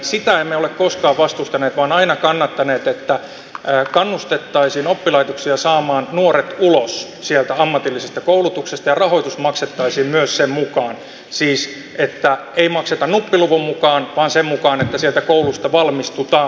sitä emme ole koskaan vastustaneet vaan aina kannattaneet että kannustettaisiin oppilaitoksia saamaan nuoret ulos sieltä ammatillisesta koulutuksesta ja myös rahoitus maksettaisiin sen mukaan siis että ei makseta nuppiluvun mukaan vaan sen mukaan että sieltä koulusta valmistutaan